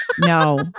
No